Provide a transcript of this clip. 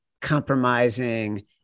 compromising